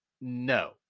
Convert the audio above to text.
no